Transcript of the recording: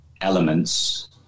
elements